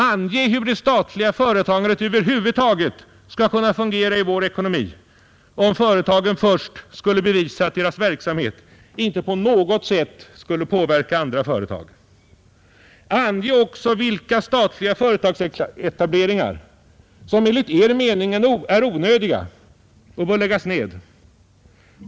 Ange hur det statliga företagandet över huvud taget skall kunna fungera i vår ekonomi, om företagen först skall bevisa att deras verksamhet inte på något sätt skulle påverka andra företag! Ange också vilka statliga företagsetableringar som enligt Er mening är onödiga och bör läggas ned!